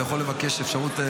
אתה יכול לבקש אפשרות,